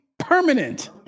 Permanent